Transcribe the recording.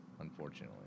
unfortunately